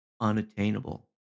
unattainable